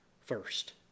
first